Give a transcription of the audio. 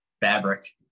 fabric